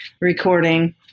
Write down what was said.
recording